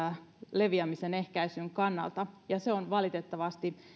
leviämisen ehkäisyn kannalta se valitettavasti